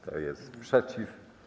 Kto jest przeciw?